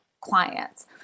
clients